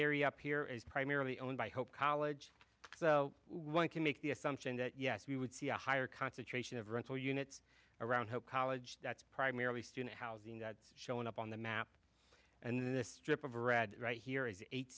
area up here is primarily owned by hope college so one can make the assumption that yes we would see a higher concentration of rental units around hope college that's primarily student housing that's showing up on the map and the strip of red right here is the eight